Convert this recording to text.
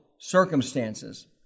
circumstances